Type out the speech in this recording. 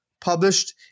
published